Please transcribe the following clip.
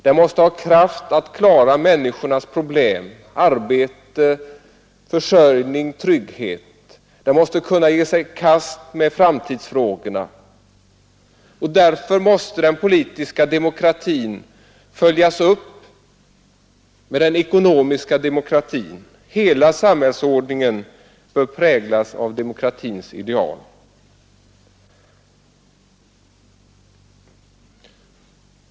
Den måste ha kraft att klara människornas problem — arbete, försörjning och trygghet. Den måste kunna ge sig i kast med framtidsfrågorna. Därför måste den politiska demokratin följas upp med den ekonomiska demokratin. Hela samhällsordningen bör präglas av demokratins ideal.